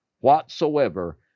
whatsoever